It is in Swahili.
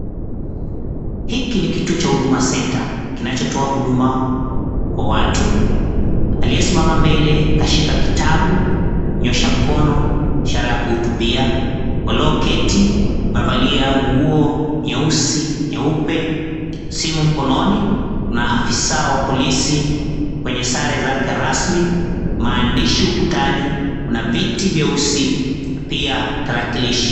Hiki ni kituo cha Huduma Centre, kinachotoa huduma kwa watu. Aliyesimama mbele kashika kitabu, kanyoosha mkono ishara ya kuhutubia. Walioketi wamevalia nguo nyeusi, nyeupe, simu mkononi. Kuna afisa wa polisi kwenye sare zake rasmi, maandishi ukutani, kuna viti vyeusi, na pia tarakilishi.